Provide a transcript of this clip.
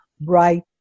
bright